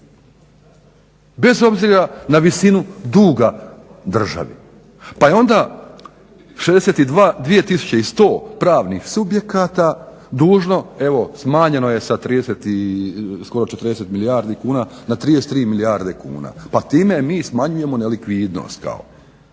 bez obzira na visinu duga državi pa je onda 62100 pravnih subjekata dužno, evo smanjeno je sa 30 i, skoro 40 milijardi kuna na 33 milijarde kuna pa time mi smanjujemo nelikvidnost